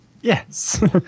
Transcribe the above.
Yes